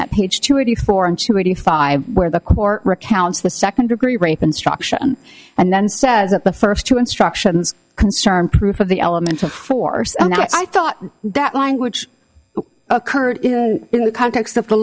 at page two eighty four and two eighty five where the court recounts the second degree rape instruction and then says that the first two instructions concerned proof of the element of force and i thought that language occurred in the context of the